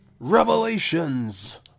revelations